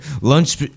Lunch